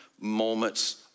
moments